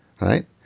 right